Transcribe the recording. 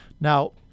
now